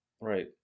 right